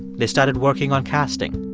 they started working on casting.